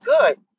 good